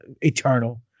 Eternal